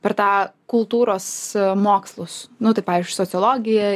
per tą kultūros mokslus nu tai pavyzdžiui sociologiją